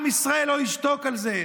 עם ישראל לא ישתוק על זה.